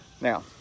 Now